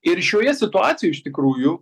ir šioje situacijoj iš tikrųjų